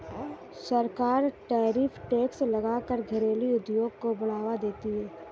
सरकार tariff tax लगा कर घरेलु उद्योग को बढ़ावा देती है